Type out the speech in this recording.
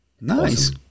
nice